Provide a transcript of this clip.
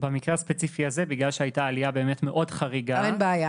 במקרה הספציפי הזה בגלל שהייתה עלייה באמת מאוד חריגה --- אין בעיה,